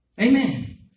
Amen